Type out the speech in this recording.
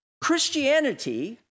Christianity